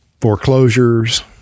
foreclosures